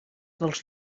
dels